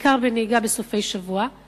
בעיקר בנהיגה בסופי-שבוע,